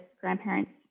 grandparents